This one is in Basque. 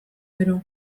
gero